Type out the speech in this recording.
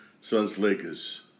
Suns-Lakers